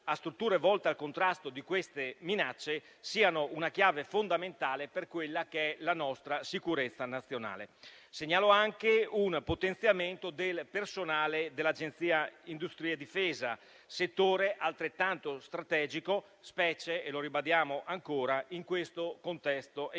a strutture volte al contrasto di queste minacce siano una chiave fondamentale per la nostra sicurezza nazionale. Segnalo anche un potenziamento del personale dell'Agenzia industrie e difesa, settore altrettanto strategico, specie - lo ribadiamo ancora - in questo contesto e